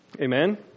Amen